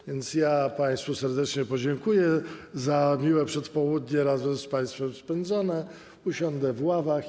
A więc ja państwu serdecznie podziękuję za miłe przedpołudnie razem z państwem spędzone, usiądę w ławach.